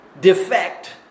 defect